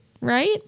right